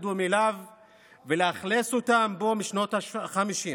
הבדואים אליו ולאכלס אותם בו משנות החמישים,